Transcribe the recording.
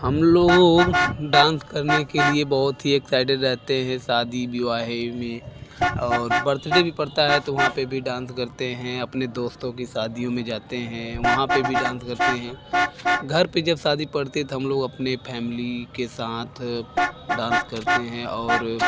हम लोगो डांस करने के लिए बहुत ही एक्साइडेड रहते हैं शादी विवाह में और बर्थडे भी पड़ता है तो वहाँ पर भी डांस करते हैं अपने दोस्तों कि शादियों में जाते हैं वहाँ पर भी डांस करते हैं घर पर जब शादी पड़ती है हम लोग अपने फैमिली के साथ डांस करते हैं और